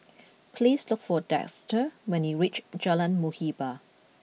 please look for Dexter when you reach Jalan Muhibbah